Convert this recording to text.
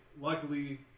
luckily